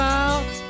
out